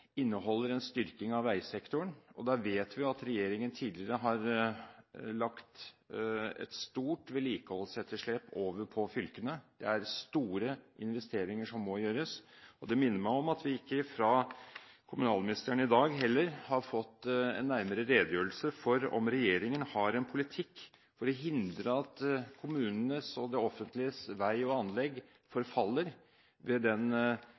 inneholder en styrking av veisektoren, og der vet vi at regjeringen tidligere har lagt et stort vedlikeholdsetterslep over på fylkene. Det er store investeringer som må gjøres. Det minner meg om at vi fra kommunalministeren heller ikke i dag har fått en nærmere redegjørelse for om regjeringen har en politikk for å hindre at kommunenes og det offentliges veier og anlegg forfaller ved den